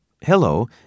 Hello